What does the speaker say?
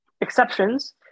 exceptions